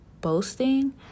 boasting